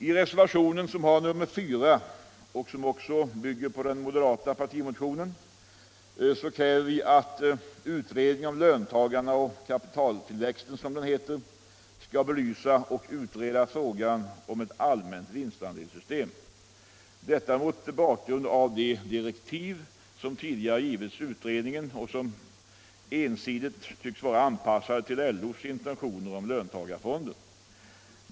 I reservationen 4, som också bygger på moderata samlingspartiets partimotion, kräver vi att utredningen om löntagarna och kapitaltillväxten skall belysa och utreda frågan om ett allmänt vinstandelssystem. Detta sker mot bakgrunden av de direktiv som tidigare givits utredningen och som ensidigt tycks vara anpassade till LO:s intentioner om löntagarfonder.